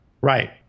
Right